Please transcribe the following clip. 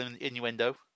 innuendo